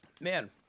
Man